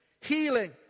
healing